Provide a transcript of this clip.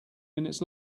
minutes